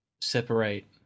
separate